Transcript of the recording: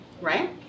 Right